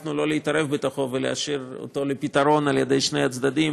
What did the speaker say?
שהעדפנו שלא להתערב בו אלא להשאיר אותו לפתרון על ידי שני הצדדים,